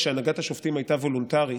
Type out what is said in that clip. כשהנהגת השופטים הייתה וולונטרית,